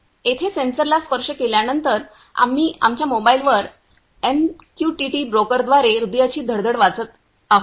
येथे सेन्सरला स्पर्श केल्यानंतर आम्ही आमच्या मोबाईलवर एमसीटीटी ब्रोकरद्वारे हृदयाची धडधड वाचत आहोत